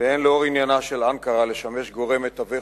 והן לאור עניינה של אנקרה לשמש גורם מתווך